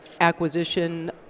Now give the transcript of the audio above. acquisition